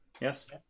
yes